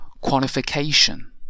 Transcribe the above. qualification